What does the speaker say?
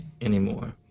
anymore